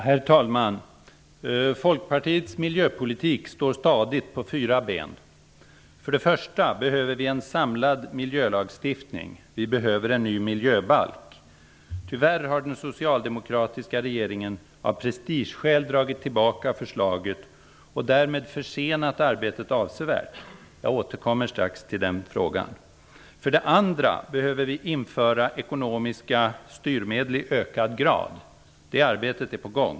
Herr talman! Folkpartiets miljöpolitik står stadigt på fyra ben. För det första behöver vi en samlad miljölagstiftning. Vi behöver en ny miljöbalk. Tyvärr har den socialdemokratiska regeringen av prestigeskäl dragit tillbaka förslaget och därmed försenat arbetet avsevärt. Jag återkommer strax till den frågan. För det andra behöver vi införa ekonomiska styrmedel i ökad grad. Det arbetet är på gång.